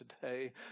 today